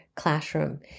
Classroom